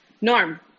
Norm